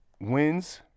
wins